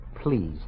please